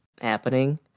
happening